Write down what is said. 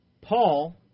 Paul